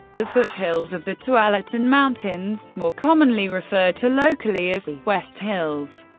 the foothills of the tualatin mountains, more commonly referred to locally as the west hills,